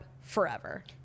forever